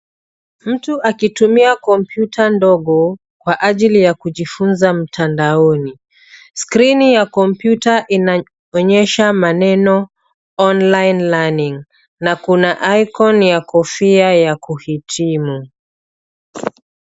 Mtu akitumia kompyuta ndogo kwa ajili ya kujifunza mtandaoni. Skrini ya kompyuta inaonyesha maneno online learning na kuna icon ya kofia ya kuhitimu.